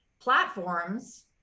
platforms